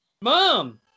Mom